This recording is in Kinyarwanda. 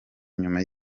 nyuma